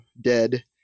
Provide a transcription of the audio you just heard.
dead